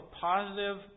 positive